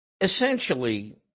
essentially